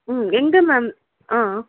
ம் எங்கே மேம் ஆ